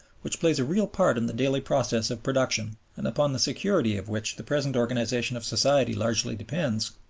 which plays a real part in the daily process of production, and upon the security of which the present organization of society largely depends,